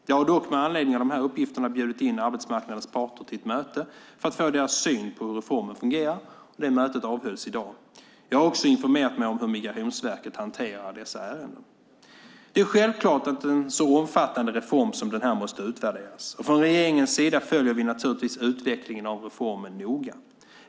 Jag har dock med anledning av dessa uppgifter bjudit in arbetsmarknadens parter till ett möte för att få deras syn på hur reformen fungerar. Det mötet avhölls i dag. Jag har också informerat mig om hur Migrationsverket hanterar dessa ärenden. Det är självklart att en så omfattande reform som den här måste utvärderas, och från regeringens sida följer vi naturligtvis utvecklingen av reformen noga.